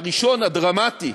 הראשון, הדרמטי,